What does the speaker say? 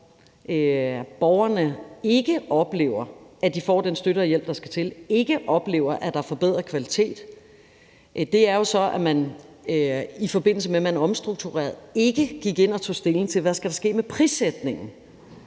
borgerne ikke oplever, at de får den støtte og hjælp, der skal til, og ikke oplever, at der er forbedret kvalitet, jo så er, at man i forbindelse med omstruktureringen ikke gik ind og tog stilling til, hvad der skal ske med prissætningen.